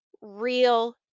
real